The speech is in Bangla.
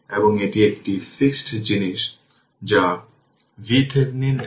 সুতরাং তাই আমি 3 জুড়ে 8 Ω নিয়েছি